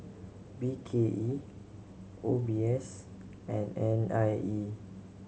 B K E O B S and N I E